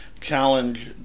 challenge